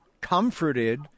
comforted